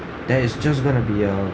there is just going to be a